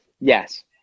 Yes